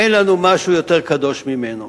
אין לנו משהו יותר קדוש ממנו.